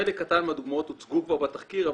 חלק קטן מהדוגמאות הוצגו כבר בתחקיר,